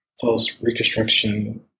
post-Reconstruction